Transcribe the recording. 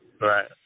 Right